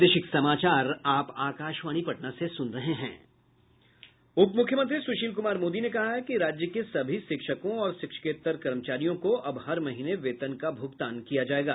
उप मुख्यमंत्री सुशील कुमार मोदी ने कहा है कि राज्य के सभी शिक्षकों और शिक्षकेत्तर कर्मचारियों को अब हर महीने वेतन का भुगतान किया जाएगा